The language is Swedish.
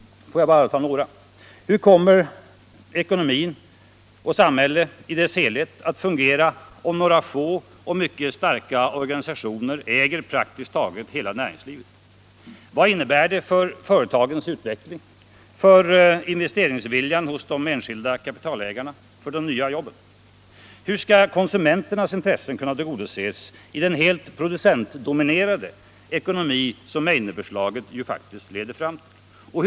Låt mig bara nämna några. Hur kommer ekonomin och samhället i dess helhet att fungera om några få och mycket starka organisationer äger praktiskt taget hela näringslivet? Vad innebär det för företagens utveckling, för investeringsviljan hos de enskilda kapitalägarna, för de nya jobben? Hur skall konsumenternas intressen kunna tillgodoses i den helt producentdominerade ekonomi som Meidnerförslaget faktiskt leder fram till?